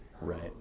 right